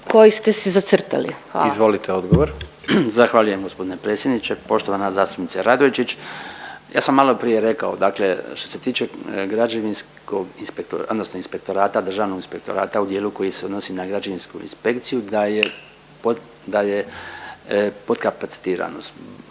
odgovor. **Bačić, Branko (HDZ)** Zahvaljujem gospodine predsjedniče, poštovana zastupnice Radojčić. Ja sam malo prije rekao, dakle što se tiče građevinskog inspektorata, odnosno inspektorata, državnog inspektorata u dijelu koji se odnosi na građevinsku inspekciju da je potkapacitiranost.